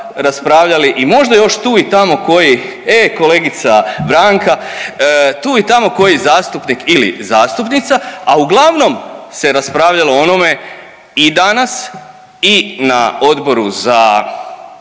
raspravljali i možda još tu i tamo koji, e kolegica Branka, tu i tamo koji zastupnik ili zastupnica, a uglavnom se raspravljalo o onome i danas i na Odboru za